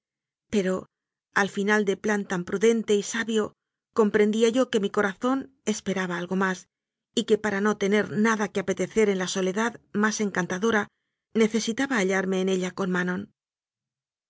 pero al final de plan tan prudente y sabio comprendía yo que mi cora zón esperaba algo más y que para no tener nada que apetecer en la soledad más encantadora nece sitaba hallarme en ella con manon